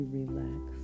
relax